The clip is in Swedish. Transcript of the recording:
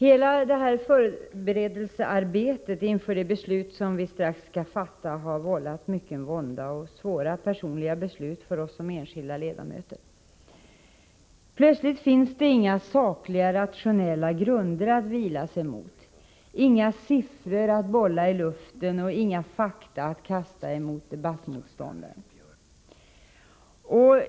Fru talman! Förberedelsearbetet inför det beslut som vi strax skall fatta har vållat mycken vånda och krävt svåra personliga ställningstaganden av oss som enskilda ledamöter. Plötsligt finns det inga sakliga, rationella grunder att vila sig emot, inga siffror att bolla i luften och inga fakta att kasta mot debattmotståndaren.